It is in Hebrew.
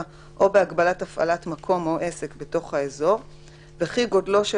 או בהגבלת הפעלת מקום או עסק בתוך האזור וכי גודלו של